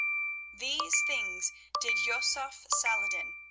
these things did yusuf salah-ed-din,